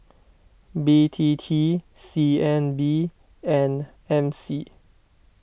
B T T C N B and M C